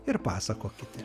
ir pasakokite